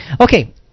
Okay